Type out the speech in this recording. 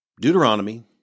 Deuteronomy